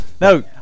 No